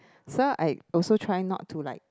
so I also tried not to like